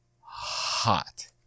hot